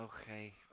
okay